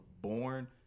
born